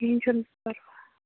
کِہیٖنۍ چھُنہٕ پرواہ